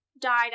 died